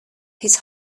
his